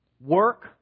Work